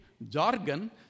Jargon